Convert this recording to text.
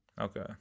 Okay